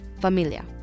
familia